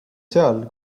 seal